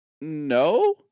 no